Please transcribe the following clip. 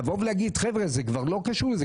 לבוא ולהגיד זה לא קשור?